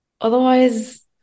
otherwise